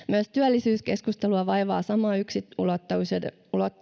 myös työllisyyskeskustelua vaivaa sama yksiulotteisuuden